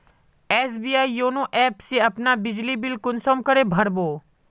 SBI YONO app से अपना बिजली बिल कुंसम करे भर बो?